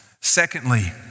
Secondly